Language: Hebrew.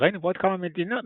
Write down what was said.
בבחריין ובעוד כמה מקומות